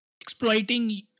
exploiting